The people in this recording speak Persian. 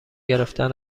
گرفتن